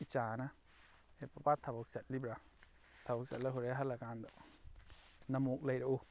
ꯏꯆꯥꯅ ꯑꯦ ꯄꯥꯄꯥ ꯊꯕꯛ ꯆꯠꯂꯤꯕ꯭ꯔꯥ ꯊꯕꯛ ꯆꯠꯂꯒ ꯍꯣꯔꯦꯅ ꯍꯜꯂꯛꯑ ꯀꯥꯟꯗ ꯉꯥꯃꯣꯛ ꯂꯩꯔꯛꯎ